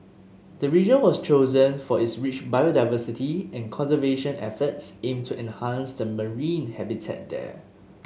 the region was chosen for its rich biodiversity and conservation efforts aim to enhance the marine habitat there